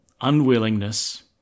unwillingness